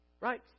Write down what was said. right